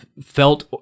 felt